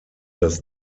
das